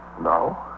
No